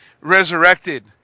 resurrected